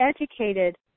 educated